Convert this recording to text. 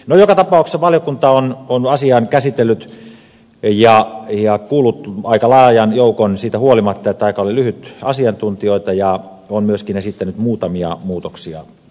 no joka tapauksessa valiokunta on asian käsitellyt ja kuullut aika laajan joukon asiantuntijoita siitä huolimatta että aika oli lyhyt ja on myöskin esittänyt muutamia muutoksia